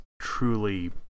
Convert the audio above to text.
truly